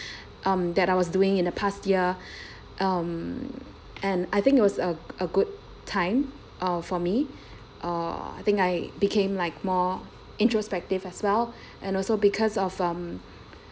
um that I was doing in the past year um and I think it was a a good time uh for me uh I think I became like more introspective as well and also because of um